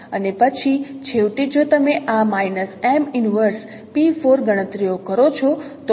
અને પછી છેવટે જો તમે આ ગણતરીઓ કરો છો તો આ ફોર્મમાં આવશે